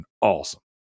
awesome